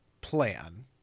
plan